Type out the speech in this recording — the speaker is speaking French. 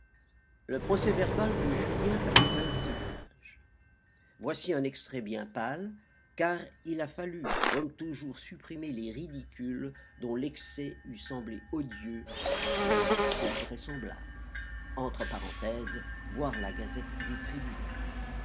le procès-verbal de julien avait vingt-six pages voici un extrait bien pâle car il a fallu comme toujours supprimer les ridicules dont l'excès eût semblé odieux où peu vraisemblable